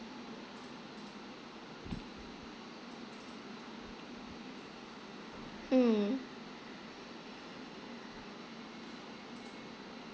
mm